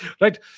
Right